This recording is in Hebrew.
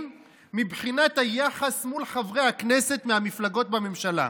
מבחינת היחס מול חברי הכנסת מהמפלגות בממשלה.